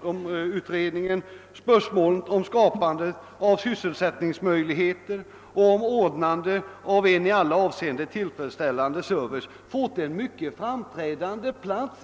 har spörsmålen om skapande av sysselsättningsmöjligheter och om ordnande av en i alla avseenden tillfredsställande service fått en mycket framträdande plats.